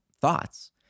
thoughts